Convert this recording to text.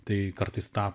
tai kartais tą